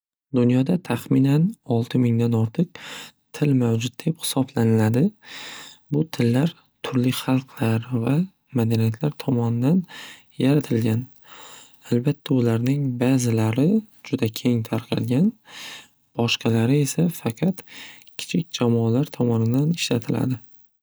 Dunyoda tahminan olti mingdan ortiq til mavjud deb hisoblaniladi. Bu tillar turli xalqlar va madaniyatlar tomonidan yaratilgan albatta ularning ba'zilari juda keng tarqalgan boshqalari esa faqat kichik jamoalar tomonidan ishlatiladi.